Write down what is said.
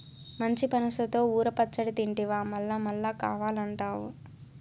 పచ్చి పనసతో ఊర పచ్చడి తింటివా మల్లమల్లా కావాలంటావు